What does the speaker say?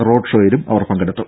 road ഷോയിലും അവർ പങ്കെടുത്തു